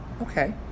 okay